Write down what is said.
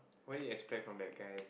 what you expect from that guy